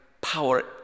power